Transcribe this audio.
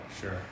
Sure